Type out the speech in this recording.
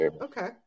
Okay